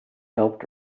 helped